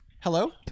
Hello